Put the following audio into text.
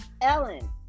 Ellen